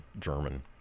German